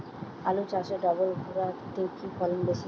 আলু চাষে ডবল ভুরা তে কি ফলন বেশি?